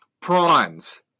Prawns